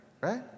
right